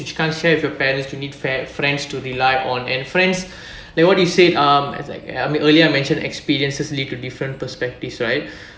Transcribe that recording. which you can't share with your parents you need frie~ friends to rely on and friends like what you said um earlier I mentioned experiences lead to different perspectives right